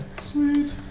Sweet